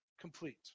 complete